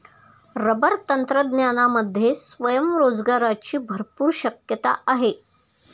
rubber तंत्रज्ञानामध्ये स्वयंरोजगाराची भरपूर शक्यता आहे